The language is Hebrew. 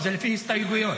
זה לפי ההסתייגויות.